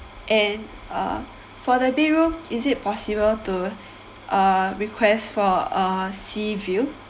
and uh for the bedroom is it possible to uh request for a sea view